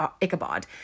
Ichabod